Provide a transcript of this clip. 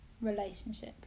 relationship